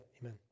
Amen